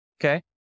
Okay